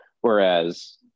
Whereas